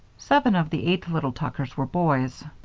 seven of the eight little tuckers were boys.